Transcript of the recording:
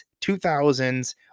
2000s